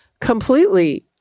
completely